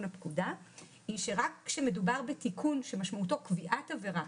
הפקודה היא שרק כשמדובר בתיקון שמשמעותו קביעת עבירה,